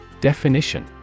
Definition